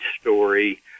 story